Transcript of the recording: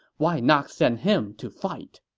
why not send him to fight?